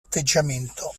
atteggiamento